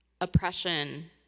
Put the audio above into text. oppression